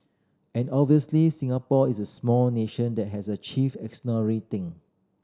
and obviously Singapore is a small nation that has achieved thing